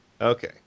Okay